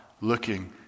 looking